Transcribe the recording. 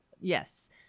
Yes